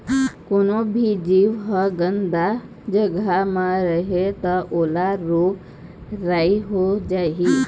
कोनो भी जीव ह गंदा जघा म रही त ओला रोग राई हो जाही